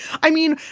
i mean,